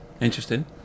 Interesting